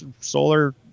solar